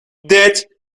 did